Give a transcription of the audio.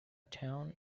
town